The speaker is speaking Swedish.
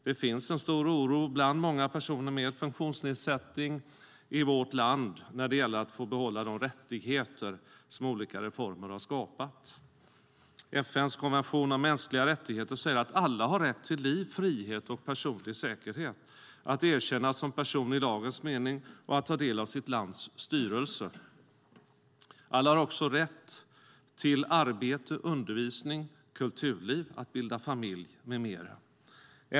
Det finns en stor oro bland många personer med funktionsnedsättning i vårt land när det gäller att få behålla de rättigheter som olika reformer har skapat. FN:s konvention om mänskliga rättigheter säger att alla har rätt till liv, frihet och personlig säkerhet, att erkännas som person i lagens mening och att ta del av sitt lands styrelse. Alla har också rätt till arbete, undervisning, kulturliv, att bilda familj med mera.